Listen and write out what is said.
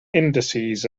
indices